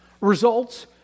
results